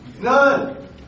None